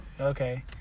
okay